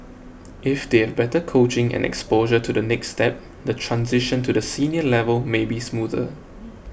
if they a better coaching and exposure to the next step the transition to the senior level may be smoother